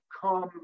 come